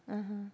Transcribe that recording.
(uh huh)